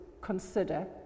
consider